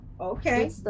Okay